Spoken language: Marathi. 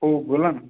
हो बोला ना